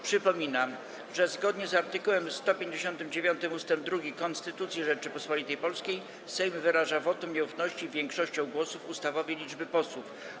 Przypominam, że zgodnie z art. 159 ust. 2 Konstytucji Rzeczypospolitej Polskiej Sejm wyraża wotum nieufności większością głosów ustawowej liczby posłów.